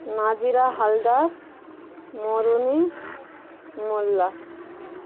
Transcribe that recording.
Nazira Haldar Maruni Molla